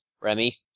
Remy